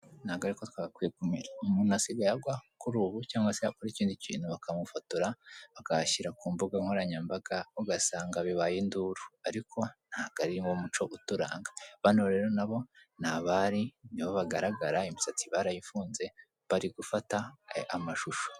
Ntabwo ariko twagakwiye kumera, umuntu asigaye agwa kuri ubu cyangwa se yakora ikindi kintu bakamufotora bakayashyira ku mbuga nkoranyambaga ugasanga bibaye induru ariko ntabwo kari mu umuco uturanga bano rero nabo ni abari nibo bagaragara imisatsi barayifunze bari gufata amashusho.